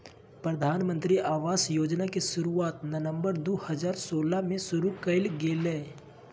प्रधानमंत्री आवास योजना के शुरुआत नवम्बर दू हजार सोलह में शुरु कइल गेलय